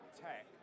tech